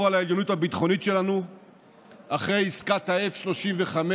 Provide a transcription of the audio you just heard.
על העליונות הביטחונית שלנו אחרי עסקת ה-F-35,